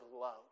love